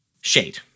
Shade